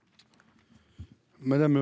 commission spéciale ?